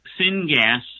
syngas